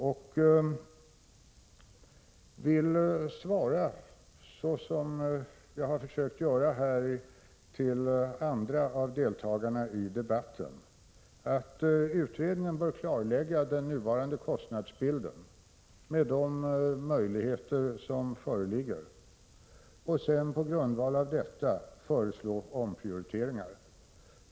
Jag vill svara, så som jag har försökt göra till andra av deltagarna i debatten, att utredningen bör klarlägga den nuvarande kostnadsbilden med de möjligheter som föreligger och sedan på grundval av detta föreslå omprioriteringar.